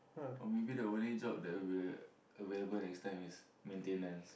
or maybe the only job that will be available next time is maintenance